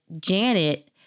Janet